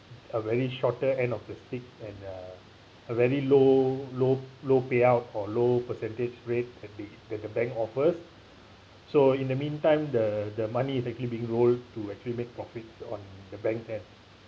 a very shorter end of the stick and uh a very low low low payout or low percentage rate that the that the bank offers so in the meantime the the money is actually being rolled to actually make profits on the backend